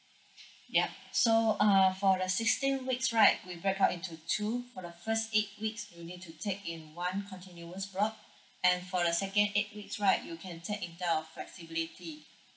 yup so uh for the sixteen weeks right will break up into two for the first eight weeks you need to take in one continuous block and for the second eight weeks right you can take in terms of flexibility